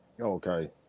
Okay